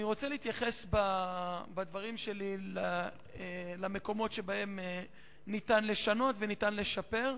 אני רוצה להתייחס בדברי למקומות שבהם ניתן לשנות וניתן לשפר,